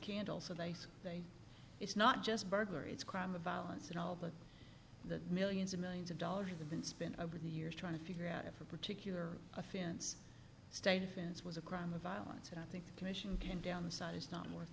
candle so they say it's not just burglary it's crime of violence and all the millions of millions of dollars have been spent over the years trying to figure out if a particular offense stated fence was a crime of violence and i think the commission came down the size not worth